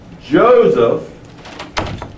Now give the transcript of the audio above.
Joseph